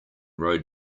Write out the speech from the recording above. road